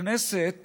הכנסת